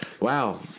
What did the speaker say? wow